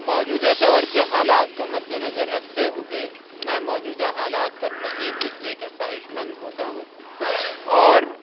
موجودہ دور کے حالات کو مدِ نظر رکھتے ہوئے میں موجودہ حالات پر مزید لکھنے کا خواہش مند ہوتا ہوں اور